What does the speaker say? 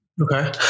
Okay